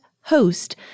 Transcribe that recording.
host